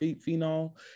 phenol